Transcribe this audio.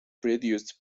produced